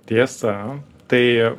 tiesa tai